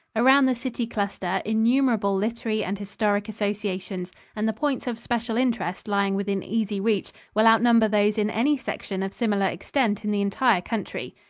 around the city cluster innumerable literary and historic associations, and the points of special interest lying within easy reach will outnumber those in any section of similar extent in the entire country.